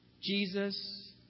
Jesus